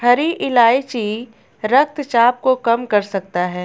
हरी इलायची रक्तचाप को कम कर सकता है